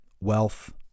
wealth